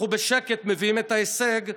אנחנו בשקט מביאים את ההישג,